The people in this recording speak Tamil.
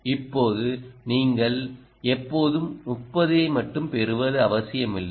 இப்போது நீங்கள் எப்போதும் 30 ஐ மட்டுமே பெறுவது அவசியமில்லை